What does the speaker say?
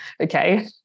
okay